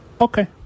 Okay